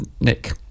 Nick